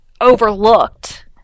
overlooked